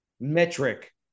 metric